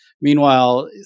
Meanwhile